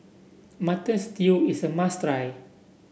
Mutton Stew is a must try